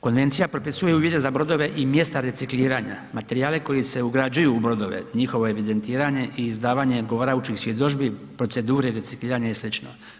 Konvencija propisuje uvjete za brodove i mjesta recikliranja, materijale koji se ugrađuju u brodove, njihovo evidentiranje i izdavanje odgovarajućih svjedodžbi, procedure recikliranja i sl.